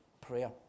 prayer